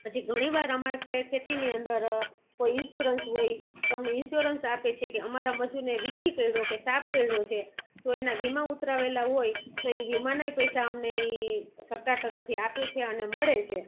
પછી ઘણીવાર અમાર ખે ખેતીની અંદર કોઈ ઈન્સ્યોરન્સ હોય તો અમને ઇન્સ્યોરન્સ આપે છે કે અમારા મજૂરને વીછી કરડ્યો કે સાપ કરડ્યો છે તો એના વીમા ઉતરાવેલા હોય તો એ વીમાના પૈસા અમને એ સરકાર તરફથી આપે છે અને મળે છે